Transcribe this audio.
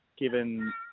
given